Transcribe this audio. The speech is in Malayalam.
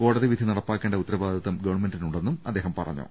കോടതി വിധി നടപ്പാക്കേണ്ട ഉത്തരവാദിത്വം ഗവൺമെന്റിനുണ്ടെന്നും അദ്ദേഹം പറഞ്ഞു